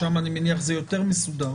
שם אני מניח שזה יותר מסודר.